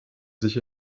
sich